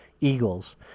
Eagles